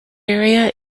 area